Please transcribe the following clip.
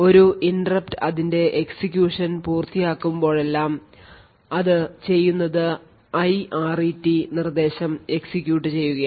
ഒരു ഇന്ററപ്റ്റ് അതിന്റെ എക്സിക്യൂഷൻ പൂർത്തിയാക്കുമ്പോഴെല്ലാം ഇത് ചെയ്യുന്നത് IRET നിർദ്ദേശം execute ചെയ്യുകയാണ്